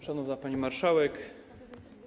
Szanowna Pani Marszałek!